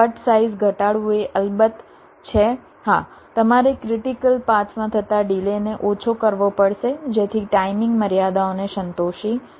cut size ઘટાડવું એ અલબત્ત છે હા તમારે ક્રિટીકલ પાથમાં થતા ડિલેને ઓછો કરવો પડશે જેથી ટાઇમિંગ મર્યાદાઓને સંતોષી શકાય